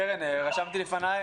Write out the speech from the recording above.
קרן, רשמתי לפני.